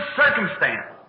circumstance